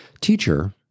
Teacher